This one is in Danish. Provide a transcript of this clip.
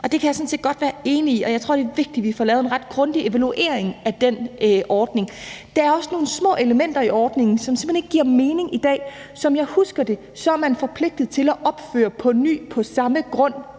jeg sådan set godt være enig i. Jeg tror, at det er vigtigt, at vi får lavet en ret grundig evaluering af den ordning. Der er også nogle små elementer i ordningen, som simpelt hen ikke giver mening i dag. Som jeg husker det, er man forpligtet til at opføre på ny på samme grund,